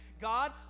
God